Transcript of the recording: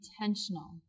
intentional